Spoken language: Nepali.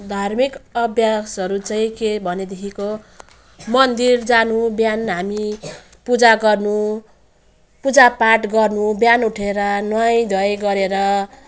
धार्मिक अभ्यासहरू चाहिँ के भनेदेखिको मन्दिर जानु बिहान हामी पूजा गर्नु पूजा पाठ गर्नु बिहान उठेर नुहाइ धुवाइ गरेर